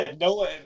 no